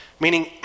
Meaning